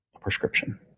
prescription